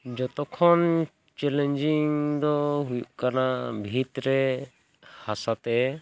ᱡᱚᱛᱚ ᱠᱷᱚᱱ ᱪᱮᱞᱮᱧᱡᱤᱝ ᱫᱚ ᱦᱩᱭᱩᱜ ᱠᱟᱱᱟ ᱵᱷᱤᱛ ᱨᱮ ᱦᱟᱥᱟ ᱛᱮ